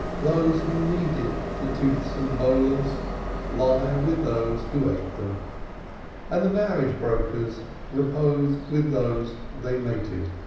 those who kneaded the toothsome bolas lie with those who ate them and the marriage-brokers repose with those they mated.